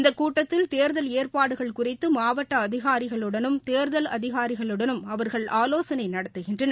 இந்த கூட்டத்தில் தேர்தல் ஏற்பாடுகள் குறித்து மாவட்ட அதிகாரிகளுடனும் தேர்தல் அதிகாரிகளுடனும் அவர்கள் ஆலோசனை நடத்துகின்றனர்